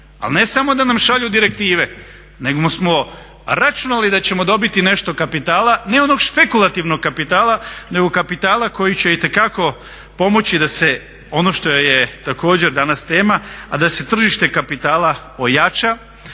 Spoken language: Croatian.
a ne samo da nam šalju direktive, nego smo računali da ćemo dobiti nešto kapitala, ne onog špekulativnog kapitala nego kapitala koji će itekako pomoći da se ono što je također danas tema, a da se tržište kapitala ojača.